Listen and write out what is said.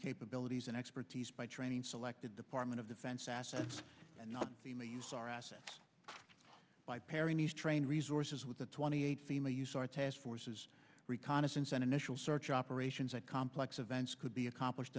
capabilities and expertise by training selected department of defense assets and not the may use process by pairing these train resources with the twenty eight the may use our task forces reconnaissance and initial search operations and complex events could be accomplished